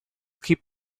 keep